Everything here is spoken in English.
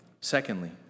Secondly